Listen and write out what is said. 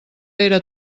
era